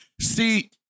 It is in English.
See